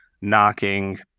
knocking